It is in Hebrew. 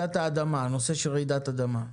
הנושא של רעידת האדמה.